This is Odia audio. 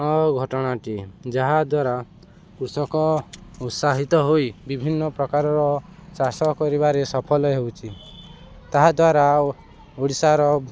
ଘଟଣାଟି ଯାହାଦ୍ୱାରା କୃଷକ ଉତ୍ସାହିତ ହୋଇ ବିଭିନ୍ନ ପ୍ରକାରର ଚାଷ କରିବାରେ ସଫଳ ହେଉଛି ତାହାଦ୍ୱାରା ଓଡ଼ିଶାର